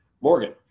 Morgan